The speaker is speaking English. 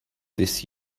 this